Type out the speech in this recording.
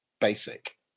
basic